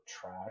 trash